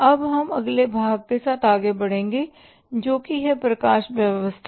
अब हम अगले भाग के साथ आगे बढ़ेंगे जोकि है प्रकाश व्यवस्था